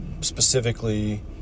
specifically